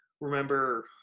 remember